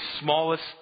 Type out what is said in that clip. smallest